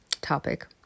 topic